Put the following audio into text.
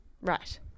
Right